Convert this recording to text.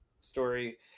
story